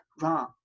Wrong